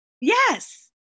Yes